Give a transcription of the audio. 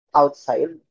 outside